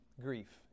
grief